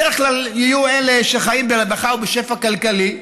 בדרך כלל יהיו אלה שחיים ברווחה ובשפע כלכלי,